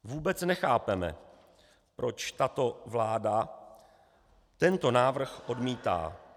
Vůbec nechápeme, proč tato vláda tento návrh odmítá.